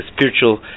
spiritual